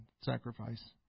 sacrifice